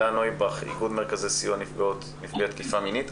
הלה נויבך מאיגוד מרכזי סיוע נפגעות ונפגעי תקיפה מינית.